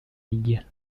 league